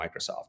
Microsoft